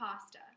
pasta